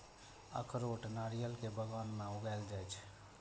अखरोट नारियल के बगान मे उगाएल जाइ छै